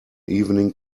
evening